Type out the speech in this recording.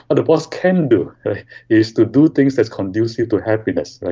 the boss can do is to do things that's conducive to happiness,